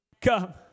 come